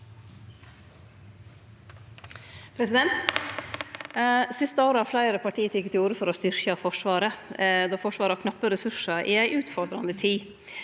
Det siste året har fleire parti teke til orde for å styrkje Forsvaret, då Forsvaret har knappe ressursar i ei utfordrande tid.